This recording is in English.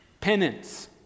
Penance